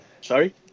Sorry